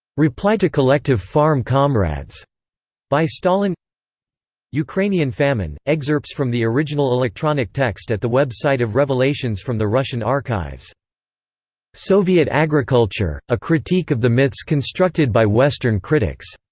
reply to collective farm comrades by stalin ukrainian famine excerpts from the original electronic text at the web site of revelations from the russian archives soviet agriculture a critique of the myths constructed by western critics,